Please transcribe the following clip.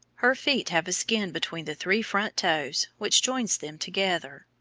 her feet have a skin between the three front toes which joins them together.